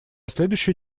следующий